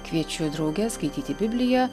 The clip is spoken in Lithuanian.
kviečiu drauge skaityti bibliją